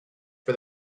for